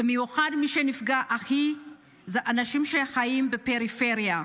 במיוחד, מי שהכי נפגע הם האנשים שחיים בפריפריה: